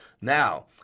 Now